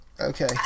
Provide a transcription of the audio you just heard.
Okay